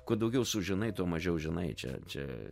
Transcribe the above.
kuo daugiau sužinai tuo mažiau žinai čia čia